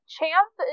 Champ